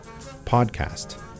podcast